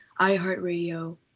iHeartRadio